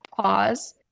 pause